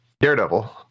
Daredevil